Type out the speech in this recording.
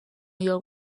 york